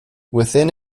within